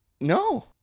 No